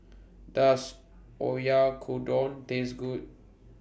Does Oyakodon Taste Good